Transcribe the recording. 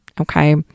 Okay